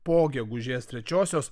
po gegužės trečiosios